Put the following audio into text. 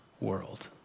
world